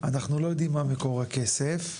אנחנו לא יודעים מה מקור הכסף,